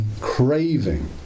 craving